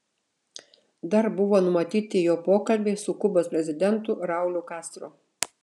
dar buvo numatyti jo pokalbiai su kubos prezidentu rauliu castro